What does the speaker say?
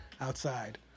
outside